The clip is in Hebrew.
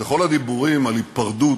בכל הדיבורים על היפרדות,